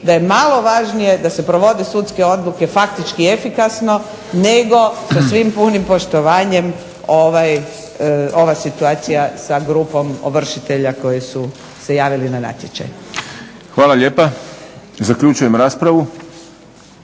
da je malo važnije da se provode sudske odluke faktički efikasno nego da svim punim poštovanjem ova situacija sa grupom ovršitelja koji su se javili na natječaj. **Šprem, Boris